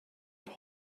that